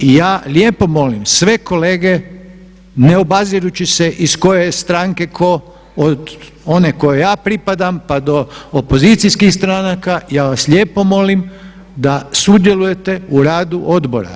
I ja lijepo molim sve kolege ne obazirući se iz koje je stranke tko, od one kojoj ja pripadam pa do opozicijskih stranaka ja vas lijepo molim da sudjelujete u radu odbora.